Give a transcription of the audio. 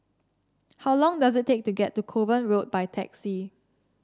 how long does it take to get to Kovan Road by taxi